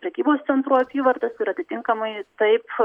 prekybos centrų apyvartas ir atitinkamai taip